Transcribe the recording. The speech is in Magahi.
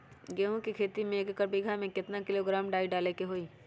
गेहूं के खेती में एक बीघा खेत में केतना किलोग्राम डाई डाले के होई?